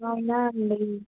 అవునా అండి